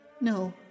No